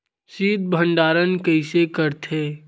शीत भंडारण कइसे करथे?